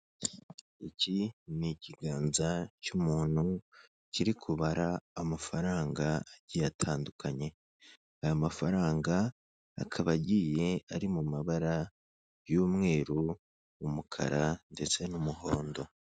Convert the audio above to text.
Iki ni ikiganza cy'umuntu kiri kubara amafaranga agiye atandukanye. Aya mafaranga akaba agiye ari mu mabara y'umweru, umukara ndetse n'umuhondo.